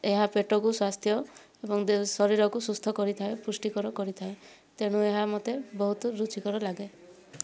ଏହା ପେଟକୁ ସ୍ଵାସ୍ଥ୍ୟ ଏବଂ ଶରୀରକୁ ସୁସ୍ଥ କରିଥାଏ ପୁଷ୍ଟିକର କରିଥାଏ ତେଣୁ ଏହା ମୋତେ ବହୁତ ରୁଚିକର ଲାଗେ